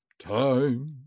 time